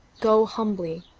go humbly.